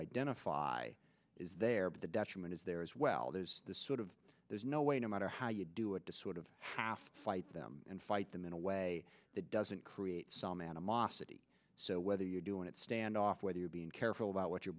identify is there but the detriment is there as well there's the sort of there's no way no matter how you do it to sort of half fight them and fight them in a way that doesn't create some animosity so whether you do it stand off whether you're being careful about what you're